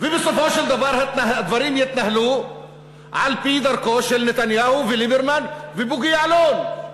ובסופו של דבר הדברים יתנהלו על-פי דרכם של נתניהו וליברמן ובוגי יעלון.